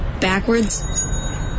backwards